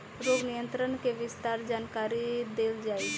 रोग नियंत्रण के विस्तार जानकरी देल जाई?